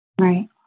Right